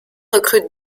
recrute